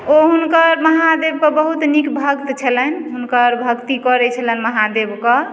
ओ हुनकर महादेवके बहुत नीक भक्त छलनि हुनकर भक्ति करय छलनि महादेव कऽ